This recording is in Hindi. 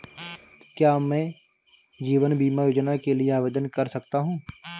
क्या मैं जीवन बीमा योजना के लिए आवेदन कर सकता हूँ?